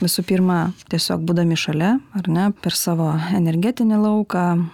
visų pirma tiesiog būdami šalia ar ne per savo energetinį lauką